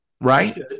right